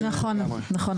נכון.